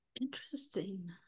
interesting